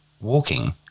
walking